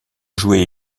joué